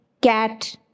cat